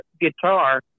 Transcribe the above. guitar